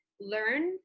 learn